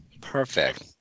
Perfect